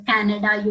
Canada